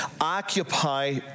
occupy